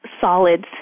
solids